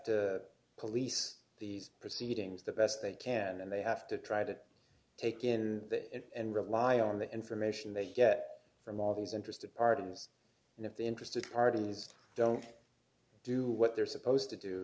to police these proceedings the best they can and they have to try to take in that and rely on the information they get from all those interested parties and if the interested parties don't do what they're supposed to do